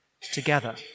together